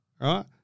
right